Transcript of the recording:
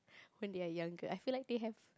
when they are younger I feel like they have